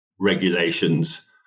regulations